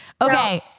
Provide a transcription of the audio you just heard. Okay